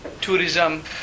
tourism